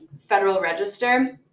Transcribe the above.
federal register.